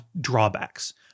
drawbacks